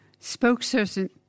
Spokesperson